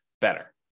better